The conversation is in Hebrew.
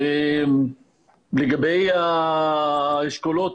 לגבי האשכולות,